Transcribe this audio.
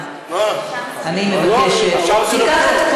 חבר הכנסת דוד ביטן,